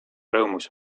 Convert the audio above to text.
rõõmus